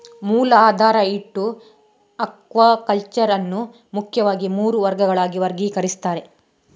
ಮೂಲ ಆಧಾರ ಇಟ್ಟು ಅಕ್ವಾಕಲ್ಚರ್ ಅನ್ನು ಮುಖ್ಯವಾಗಿ ಮೂರು ವರ್ಗಗಳಾಗಿ ವರ್ಗೀಕರಿಸ್ತಾರೆ